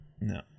No